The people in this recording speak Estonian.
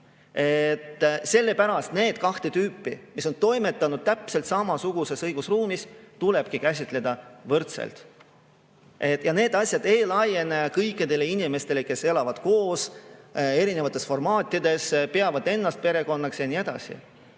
Sellepärast neid kahte tüüpi peresid, kes on toimetanud täpselt samasuguses õigusruumis, tulebki käsitleda võrdselt. Need asjad ei laiene kõikidele inimestele, kes elavad koos erinevates formaatides, peavad ennast perekonnaks ja nii edasi.